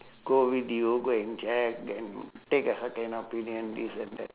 go with you go and check and take a second opinion this and that